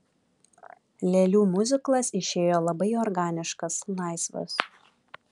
lėlių miuziklas išėjo labai organiškas laisvas